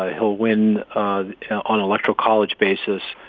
ah he'll win on electoral college basis,